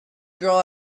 girl